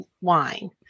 wine